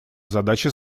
задача